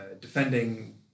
defending